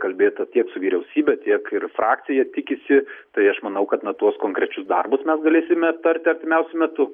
kalbėta tiek su vyriausybe tiek ir frakcija tikisi tai aš manau kad na tuos konkrečius darbus mes galėsime aptarti artimiausiu metu